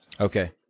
Okay